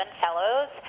fellows